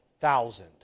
thousand